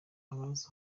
abazi